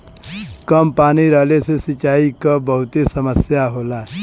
कम पानी रहले से सिंचाई क बहुते समस्या होला